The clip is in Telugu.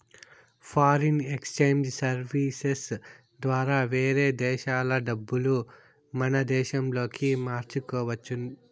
ఫారిన్ ఎక్సేంజ్ సర్వీసెస్ ద్వారా వేరే దేశాల డబ్బులు మన దేశంలోకి మార్చుకోవచ్చు